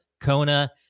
Kona